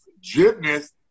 gymnast